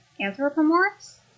anthropomorphs